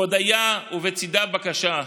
הודיה ובצידה בקשה: